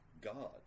god